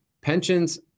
pensions